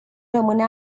rămâne